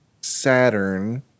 Saturn